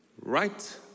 right